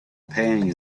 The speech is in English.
pang